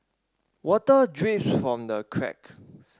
water drips from the cracks